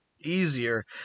easier